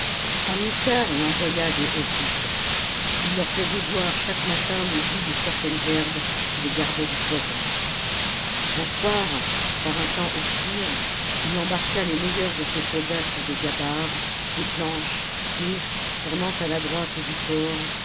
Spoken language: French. hamilcar y envoya des hoplites il leur faisait boire chaque matin le jus de certaines herbes qui les gardait du poison un soir par un temps obscur il embarqua les meilleurs de ses soldats sur des gabares des planches et tournant à la droite du port